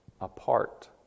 apart